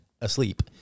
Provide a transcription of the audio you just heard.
asleep